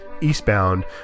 eastbound